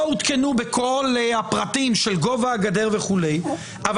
הם לא עודכנו בכל הפרטים של גובה הגדר אבל מי